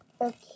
Okay